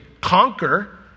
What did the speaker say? conquer